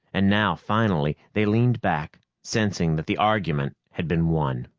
and now finally they leaned back, sensing that the argument had been won.